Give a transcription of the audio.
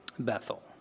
Bethel